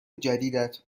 جدیدت